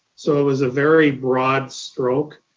so it was a very broad stroke.